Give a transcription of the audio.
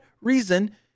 reason